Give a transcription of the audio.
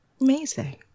amazing